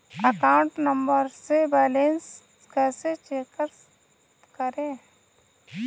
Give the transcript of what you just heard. Account number से balance कैसे check करें?